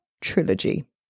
Trilogy